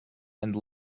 and